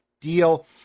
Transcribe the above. deal